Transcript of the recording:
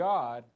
God